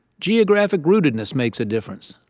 geographic rootedness makes a difference.